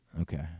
Okay